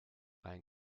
ein